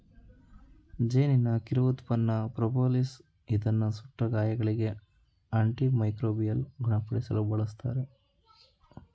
ಜೇನಿನ ಕಿರು ಉತ್ಪನ್ನ ಪ್ರೋಪೋಲಿಸ್ ಇದನ್ನು ಸುಟ್ಟ ಗಾಯಗಳಿಗೆ, ಆಂಟಿ ಮೈಕ್ರೋಬಿಯಲ್ ಗುಣಪಡಿಸಲು ಬಳ್ಸತ್ತರೆ